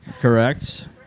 Correct